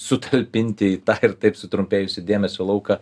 sutalpinti į tą ir taip sutrumpėjusį dėmesio lauką